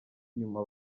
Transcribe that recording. nyuma